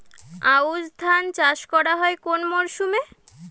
আউশ ধান চাষ করা হয় কোন মরশুমে?